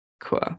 cool